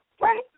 right